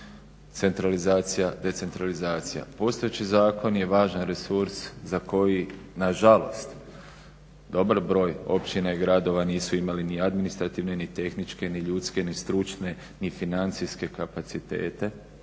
centralizacija, decentralizacija. Postojeći zakon je važan resurs za koji nažalost dobar broj općina i gradova nisu imali ni administrativne ni tehničke ni ljudske ni stručne ni financijske kapacitete